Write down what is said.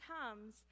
comes